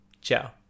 Ciao